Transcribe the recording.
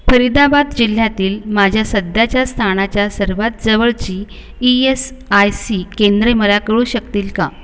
फरीदाबाद जिल्ह्यातील माझ्या सध्याच्या स्थानाच्या सर्वात जवळची ई एस आय सी केंद्रे मला कळू शकतील का